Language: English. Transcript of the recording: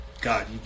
God